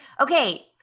Okay